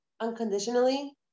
unconditionally